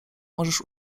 możesz